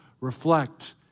reflect